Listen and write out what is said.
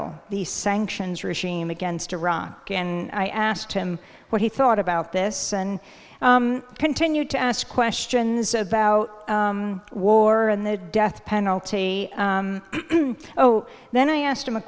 al the sanctions regime against iraq and i asked him what he thought about this and continued to ask questions about war and the death penalty then i asked him a